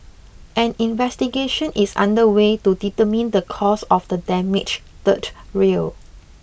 an investigation is under way to determine the cause of the damaged third rail